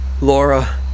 Laura